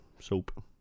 Soap